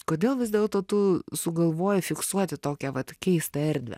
kodėl vis dėlto tu sugalvojai fiksuoti tokią vat keistą erdvę